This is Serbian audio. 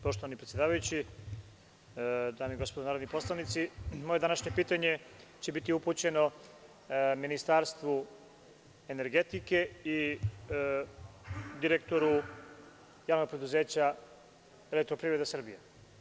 Poštovani predsedavajući, dame i gospodo narodni poslanici, moje današnje pitanje će biti upućeno Ministarstvu energetike i direktoru Javnog preduzeća „Elektroprivreda Srbije“